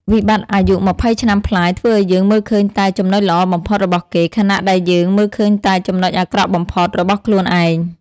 វិបត្តិអាយុ២០ឆ្នាំប្លាយធ្វើឱ្យយើងមើលឃើញតែ "ចំណុចល្អបំផុត" របស់គេ ខណៈដែលយើងមើលឃើញតែ "ចំណុចអាក្រក់បំផុត" របស់ខ្លួនឯង។